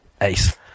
ace